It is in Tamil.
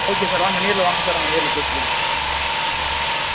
ஓகே சார் வாங்க நேரில் வாங்க சார் நம்ம நேரில் பேசிக்கலாம்